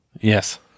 Yes